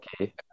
okay